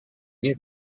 nie